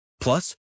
Plus